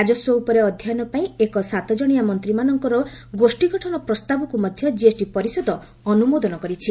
ରାଜସ୍ୱ ଉପରେ ଅଧ୍ୟୟନ ପାଇଁ ଏକ ସାତ ଜଣିଆ ମନ୍ତ୍ରୀମାନଙ୍କର ଗୋଷୀ ଗଠନ ପ୍ରସ୍ତାବକୁ ମଧ୍ୟ ଜିଏସ୍ଟି ପରିଷଦ ଅନ୍ତ୍ରମୋଦନ କରିଛି